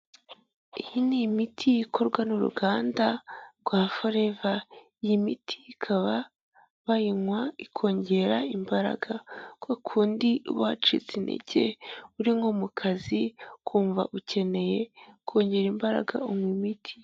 Iyi ni imiti ikorwa n'uruganda rwa Forever, iyi miti ikaba bayinywa ikongera imbaraga, kwa kundi uba wacitse intege uri nko mu kazi ukumva ukeneye kongera imbaraga, unywa imiti.